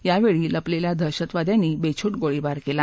यावेळी लपलेल्या दहशतवाद्यांनी बेछूट गोळीबार केला